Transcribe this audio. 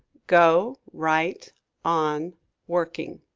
go right on working